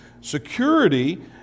security